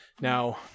Now